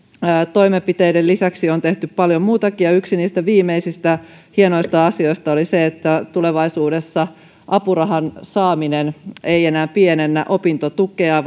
toimenpiteiden lisäksi on tehty paljon muutakin ja yksi niistä viimeisistä hienoista asioista oli se että tulevaisuudessa apurahan saaminen ei enää pienennä opintotukea